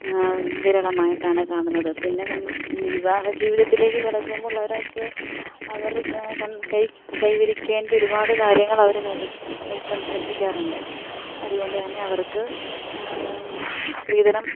വിരളമായിട്ടാണ് കാണുന്നത് പിന്നെ വിവാഹ ജീവിതത്തിലേക്ക് കടക്കുമ്പോ ൾ ഒരാൾക്ക് അവർ കൈവരിക്കേണ്ട ഒരുപാട് കാര്യങ്ങൾ അവർ എത്തിക്കാറുണ്ട് അതുകൊണ്ട് തന്നെ അവർക്ക് സ്ത്രീധനം